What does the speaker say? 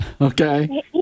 Okay